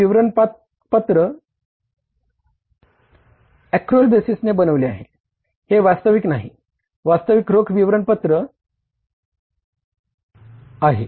हे विवरण पत्र एक्रवल बेसिसने आहे